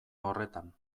horretan